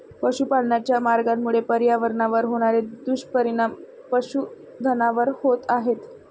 पशुपालनाच्या मार्गामुळे पर्यावरणावर होणारे दुष्परिणाम पशुधनावर होत आहेत